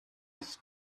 ich